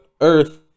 earth